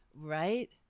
Right